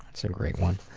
that's a great one.